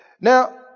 Now